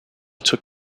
took